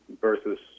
versus